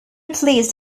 pleased